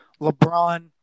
LeBron